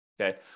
Okay